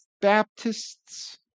Baptists